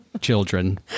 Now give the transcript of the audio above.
children